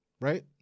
Right